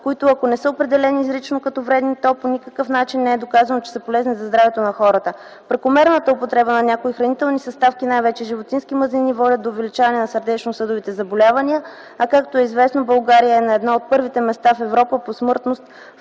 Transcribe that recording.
които ако не са определени изрично като вредни, то по никакъв начин не е доказано, че са полезни за здравето на хората. Прекомерната употреба на някои хранителни съставки, най-вече животински мазнини, водят до увеличаване на сърдечно-съдовите заболявания, а както е известно, България е на едно от първите места в Европа по смъртност